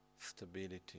stability